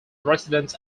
residents